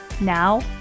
Now